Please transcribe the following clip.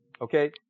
Okay